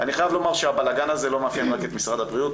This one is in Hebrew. אני חייב להגיד שהבלגן הזה לא מאפיין רק את משרד הבריאות,